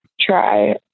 try